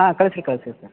ಹಾಂ ಕಳ್ಸಿ ರೀ ಕಳ್ಸಿ ರೀ ಸರ್